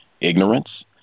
ignorance